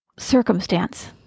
Circumstance